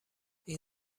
این